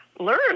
Learn